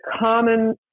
common